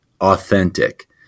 authentic